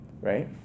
right